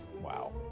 Wow